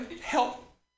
Help